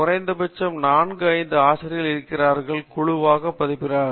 குறைந்தபட்சம் 4 முதல் 5 ஆசிரியர்கள் இருக்கிறார்கள் குழுவாக பதிப்பு வெளியிடுகிறார்கள்